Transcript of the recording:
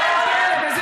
אין פלא בזה,